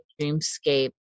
dreamscape